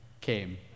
came